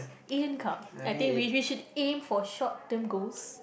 Asian Cup I think we we should aim for short term goals